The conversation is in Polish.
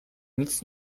nic